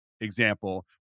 example